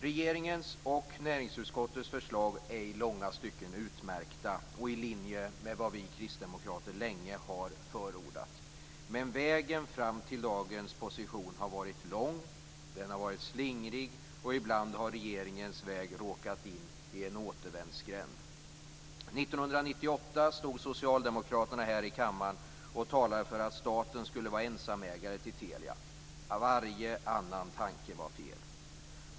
Regeringens och näringsutskottets förslag är i långa stycken utmärkta och i linje med vad vi kristdemokrater länge har förordat. Men vägen fram till dagens position har varit lång och slingrig, och ibland har regeringens väg råkat in i en återvändsgränd. År 1998 stod socialdemokraterna här i kammaren och talade för att staten skulle vara ensamägare till Telia. Varje annan tanke var fel.